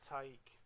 take